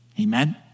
Amen